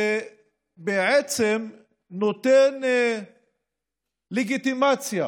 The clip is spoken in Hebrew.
שבעצם נותן לגיטימציה